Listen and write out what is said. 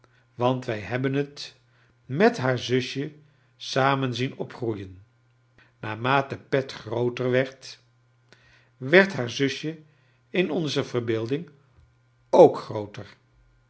want wij hebben het met haar zusje samen zien opgroeien naarmate pet grooter werd werd haar zusje in onze verbeelding ook